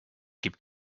gibt